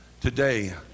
today